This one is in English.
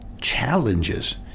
challenges